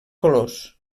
colors